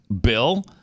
Bill